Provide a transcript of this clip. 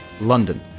London